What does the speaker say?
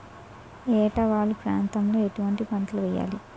ఏటా వాలు ప్రాంతం లో ఎటువంటి పంటలు వేయాలి?